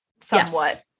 somewhat